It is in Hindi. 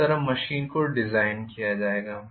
इस तरह मशीन को डिजाइन किया जाएगा